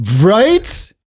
Right